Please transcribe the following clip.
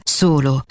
solo